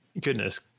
goodness